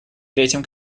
третьим